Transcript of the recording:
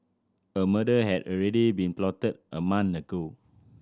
a murder had already been plotted a month ago